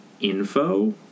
Info